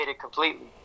completely